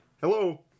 Hello